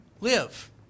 live